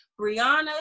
brianna